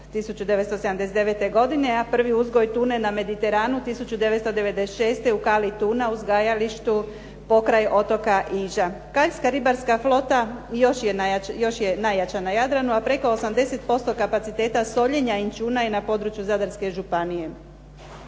1979. godine, a prvi uzgoj tune na mediteranu 1996. u Kali tuna uzgajalištu pokraj otoka Iža. Kaljska ribarska flota još je najjača na Jadranu, a preko 80% kapaciteta soljenja inćuna je na području Zadarske županije.